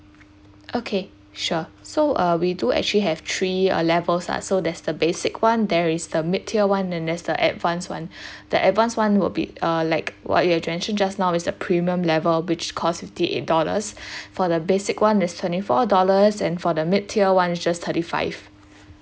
okay sure so uh we do actually have three uh levels ah so that's the basic [one] there is the mid tier [one] and there is the advance [one] the advance [one] will be uh like what you have mentioned just now is the premium level which cost fifty eight dollars for the basic [one] is twenty four dollars and for the mid tier [one] just thirty five